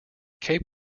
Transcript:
cape